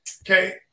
Okay